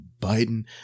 Biden